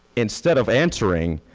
instead of answering,